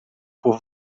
por